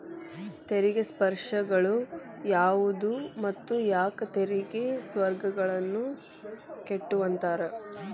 ತೆರಿಗೆ ಸ್ವರ್ಗಗಳು ಯಾವುವು ಮತ್ತ ಯಾಕ್ ತೆರಿಗೆ ಸ್ವರ್ಗಗಳನ್ನ ಕೆಟ್ಟುವಂತಾರ